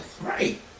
Right